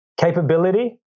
Capability